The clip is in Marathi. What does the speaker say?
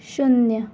शून्य